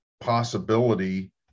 possibility